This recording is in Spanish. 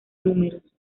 números